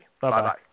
bye-bye